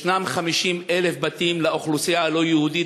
יש 50,000 בתים לאוכלוסייה הלא-יהודית